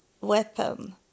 weapon